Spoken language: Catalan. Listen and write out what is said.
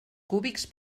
cúbics